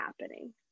happening